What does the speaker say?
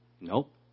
Nope